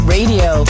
Radio